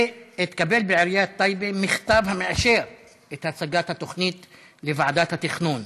והתקבל בעיריית טייבה מכתב המאשר את הצגת התוכנית לוועדת התכנון.